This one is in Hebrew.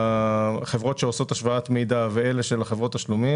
החברות שעושות השוואת מידע ואלה של החברות תשלומים,